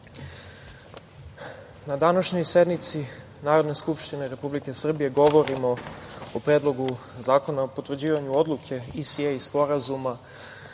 današnjoj sednici Narodne skupštine Republike Srbije govorimo o Predlogu zakona o potvrđivanju Odluke i ISA sporazuma